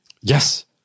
Yes